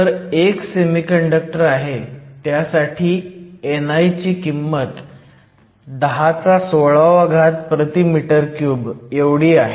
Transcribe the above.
तर एक सेमीकंडक्टर आहे त्यासाठी ni ची किंमत 1016 m 3 आहे